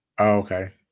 Okay